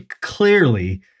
clearly